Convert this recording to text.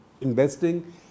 investing